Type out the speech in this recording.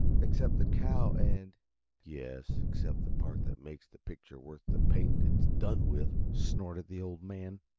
except the cow and yes, except the part that makes the picture worth the paint it's done with! snorted the old man.